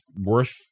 worth